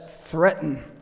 threaten